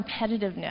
competitiveness